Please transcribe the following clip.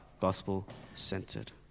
gospel-centered